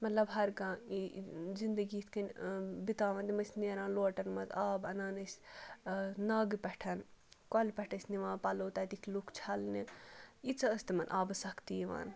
مطلب ہر کانٛہہ زِندگی یِتھ کٔنۍ بِتاوان تِم ٲسۍ نیران لوٹَن مَنٛز آب اَنان ٲسۍ ناگہٕ پٮ۪ٹھ کۄلہِ پٮ۪ٹھ ٲسۍ نِوان پَلو تَتِکۍ لُکھ چھَلنہِ ییٖژاہ ٲسۍ تِمَن آبہٕ سختی یِوان